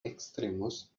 extremos